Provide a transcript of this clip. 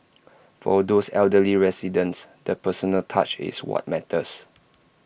for these elderly residents the personal touch is what matters